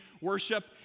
worship